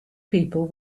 people